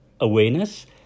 awareness